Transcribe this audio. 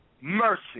mercy